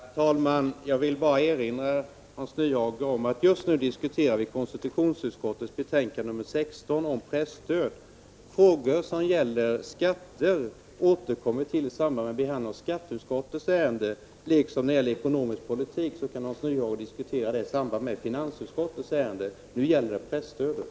Herr talman! Jag vill bara erinra om, Hans Nyhage, att just nu diskuterar vi konstitutionsutskottets betänkande nr 16 om presstöd. Frågor som gäller skatter återkommer vi till i samband med behandlingen av skatteutskottets ärenden. Och ekonomisk politik kan Hans Nyhage diskutera i samband med behandlingen av finansutskottets ärenden. Nu gäller det presstödet.